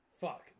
fuck